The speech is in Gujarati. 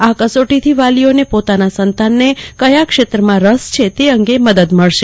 આ કસોટીથી વાલીઓને પોતાના સંતાનને કથા ક્ષેત્રમાં રસ છે તે અંગે મદદ મળશે